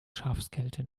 schafskälte